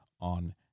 on